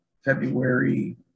February